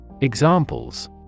Examples